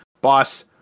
boss